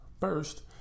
first